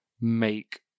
make